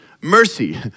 mercy